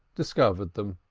discovered them,